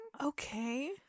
Okay